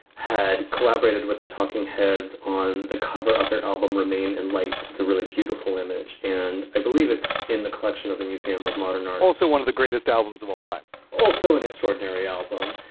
had collaborated with the talking heads on the cover of their album remain in light. it's a really beautiful image and i believe it's in the collection of the museum of modern art also one of the greatest albums of all time also an extraordinary album,